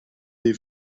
des